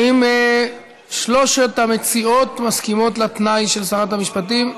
האם שלושת המציעות מסכימות לתנאי של שרת המשפטים?